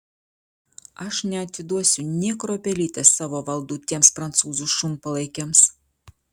aš neatiduosiu nė kruopelytės savo valdų tiems prancūzų šunpalaikiams